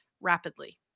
rapidly